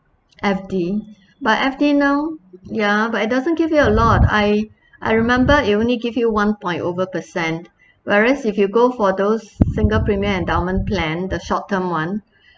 F_D but F_D now ya but it doesn't give you a lot I I remember it only give you one point over percent whereas if you go for those single premium endowment plan the short term one